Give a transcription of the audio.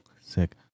Sick